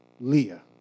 Leah